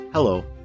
Hello